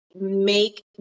make